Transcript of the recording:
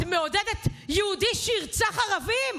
את מעודדת יהודי שירצח ערבים?